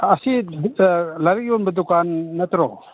ꯑꯁꯤ ꯂꯥꯏꯔꯤꯛ ꯌꯣꯟꯕ ꯗꯨꯀꯥꯟ ꯅꯠꯇ꯭ꯔꯣ